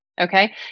Okay